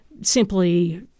simply